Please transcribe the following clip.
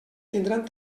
tindran